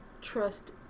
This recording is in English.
trust